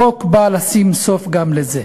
החוק בא לשים סוף גם לזה,